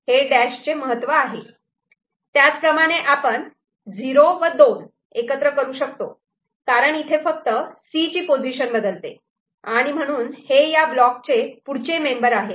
हे डॅश चे महत्व आहे त्याच प्रमाणे आपण 0 व 2 एकत्र करू शकतो कारण इथे फक्त C ची पोझिशन बदलते आणि म्हणून हे या ब्लॉकचे पुढचे मेंबर आहेत